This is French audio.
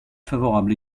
favorable